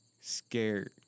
scared